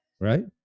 Right